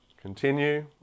continue